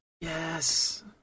Yes